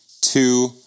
two